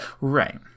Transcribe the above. Right